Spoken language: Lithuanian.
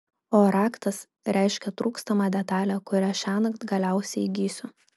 o raktas reiškia trūkstamą detalę kurią šiąnakt galiausiai įgysiu